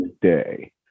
day